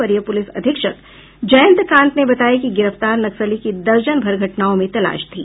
वरीय पुलिस अधीक्षक जयंतकांत ने बताया कि गिरफतार नक्सली की दर्जन भर घटनाओं में तलाश थी